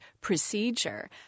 procedure